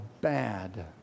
bad